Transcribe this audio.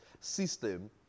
system